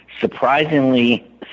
surprisingly